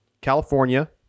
California